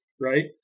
right